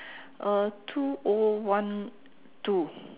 uh two O one two